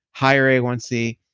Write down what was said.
higher a one c,